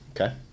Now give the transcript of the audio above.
Okay